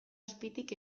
azpitik